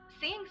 Seeing